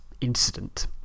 incident